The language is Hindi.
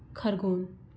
खरगोन